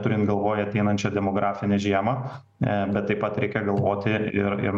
turint galvoj ateinančią demografinę žiemą bet taip pat reikia galvoti ir ir